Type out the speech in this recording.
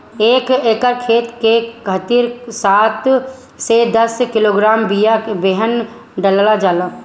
एक एकर खेत के खातिर सात से दस किलोग्राम बिया बेहन डालल जाला?